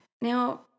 Now